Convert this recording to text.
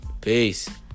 Peace